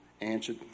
answered